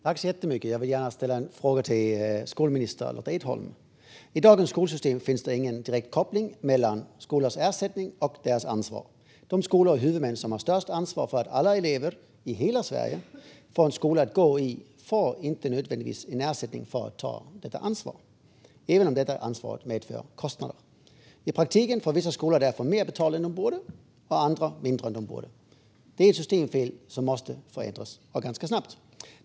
Herr talman! Jag vill gärna ställa en fråga till skolminister Lotta Edholm. I dagens skolsystem finns det ingen direkt koppling mellan skolors ersättning och deras ansvar. De skolor och huvudmän som har störst ansvar för att alla elever i hela Sverige har en skola att gå i får inte nödvändigtvis ersättning för att ta detta ansvar, även om ansvaret medför kostnader. I praktiken får vissa skolor därför mer betalt än de borde och andra mindre än de borde. Det är ett systemfel som måste förändras och det ganska snabbt.